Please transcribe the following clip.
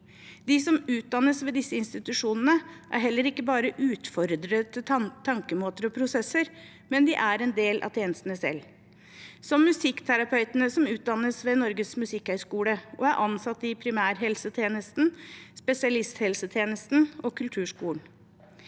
De som utdannes ved disse institusjonene, er heller ikke bare utfordrere til tankemåter og prosesser, men er en del av tjenestene selv, som musikkterapeutene som utdannes ved Norges musikkhøgskole og er ansatt i primærhelsetjenesten, spesialisthelsetjenesten og kulturskolen.